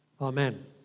Amen